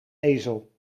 ezel